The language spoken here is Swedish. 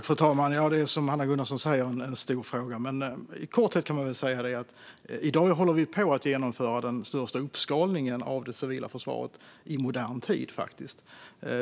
Fru talman! Det är, som Hanna Gunnarsson säger, en stor fråga, men i korthet kan man säga att vi i dag håller på att genomföra den största uppskalningen av det civila försvaret i modern tid.